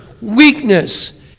weakness